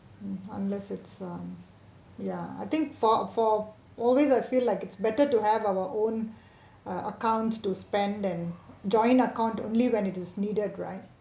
mm unless it's uh ya I think for for always I feel like it's better to have our own ah account to spend than joint account only when it is needed right